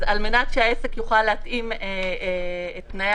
על מנת שהעסק יוכל להתאים את תנאי